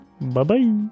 Bye-bye